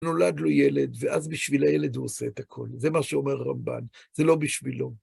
נולד לו ילד, ואז בשביל הילד הוא עושה את הכל, זה מה שאומר רמבן, זה לא בשבילו.